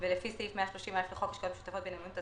ולפי סעיף 130א לחוק השקעות משותפות בנאמנות,